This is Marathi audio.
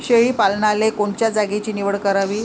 शेळी पालनाले कोनच्या जागेची निवड करावी?